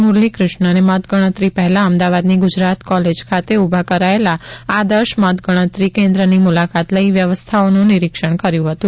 મુરલીક્રિષ્ણાએ મતગણતરી પહેલા અમદાવાદની ગુજરાત કોલેજ ખાતે ઊભા કરાયેલા આદર્શ મતગણતરી કેન્દ્રની મુલાકાત લઈ વ્યવસ્થાઓનું નિરીક્ષણ કર્યું હતું